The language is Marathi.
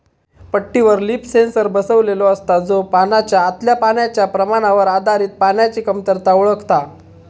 पट्टीवर लीफ सेन्सर बसवलेलो असता, जो पानाच्या आतल्या पाण्याच्या प्रमाणावर आधारित पाण्याची कमतरता ओळखता